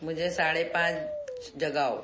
मुझे साढ़े पाँच जगाओ